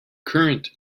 current